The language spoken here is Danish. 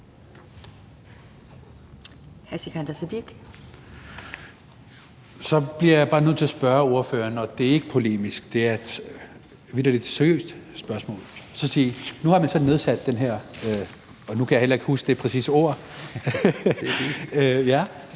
Så bliver jeg bare nødt til at spørge ordføreren, og det er ikke polemisk, det er vitterlig et seriøst spørgsmål: Nu har vi så nedsat den her komité – og nu kan jeg heller ikke huske det præcise navn